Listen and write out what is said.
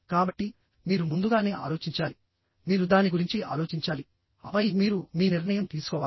కాబట్టి మీరు ముందుగానే ఆలోచించాలి మీరు దాని గురించి ఆలోచించాలి ఆపై మీరు మీ నిర్ణయం తీసుకోవాలి